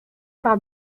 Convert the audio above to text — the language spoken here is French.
par